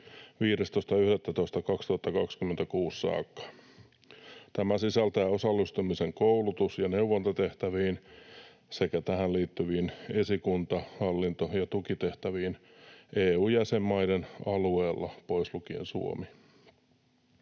15.11.2026 saakka. Tämä sisältää osallistumisen koulutus- ja neuvontatehtäviin sekä tähän liittyviin esikunta-, hallinto- ja tukitehtäviin EU-jäsenmaiden alueella pois lukien Suomi.